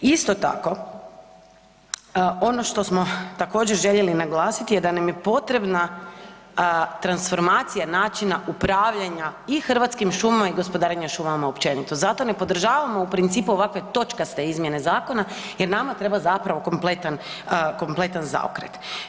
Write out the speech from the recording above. Isto tako, ono što smo također željeli naglasiti je da nam je potrebna transformacija načina upravljanja i Hrvatskim šumama i gospodarenja šumama općenito, zato ne podržavamo u principu ovakve točkaste izmjene zakona jer nama treba zapravo kompletan zaokret.